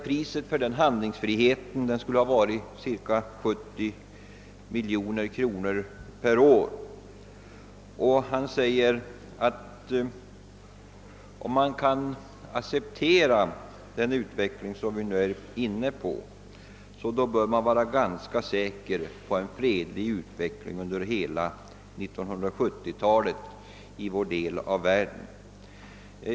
Priset för denna handlingsfrihet skulle ha varit cirka 70 miljoner kronor per år. Han säger vidare att man, om man accepterar den utveckling som vi nu är inne i, måste vara ganska säker på en fredlig utveckling under hela 1970-talet i vår del av världen.